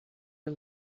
her